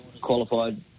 qualified